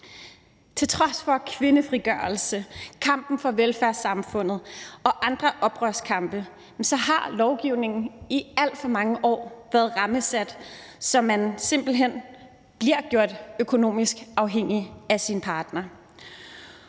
Til trods for kvindefrigørelse, kampen for velfærdssamfundet og andre oprørskampe har lovgivningen i alt for mange år været rammesat, så man simpelt hen bliver gjort økonomisk afhængig af sin partner.